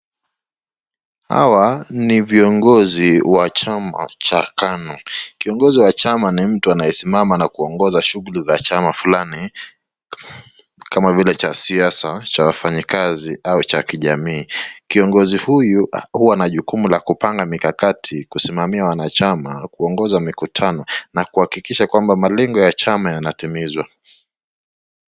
Hawa ni viongozi wa chama cha KANU. Kiongozi wa chama ni mtu anayesimama na kuongoza shughuli ya chama fulani, kama vile cha siasa, cha wafanyikazi au cha jamii. KIongozi huyu huwa na jukumu la kupanga mikakati, kusimamia wanachama, kuongoza mikutano na kuhakikisha kwamba malengo ya chama yanatimizwa.